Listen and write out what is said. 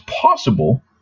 possible